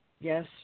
Yes